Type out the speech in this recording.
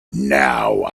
now